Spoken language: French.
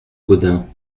gaudin